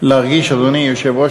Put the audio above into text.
אדוני היושב-ראש,